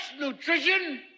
nutrition